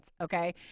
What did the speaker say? okay